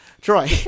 Troy